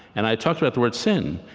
and i had talked about the word sin.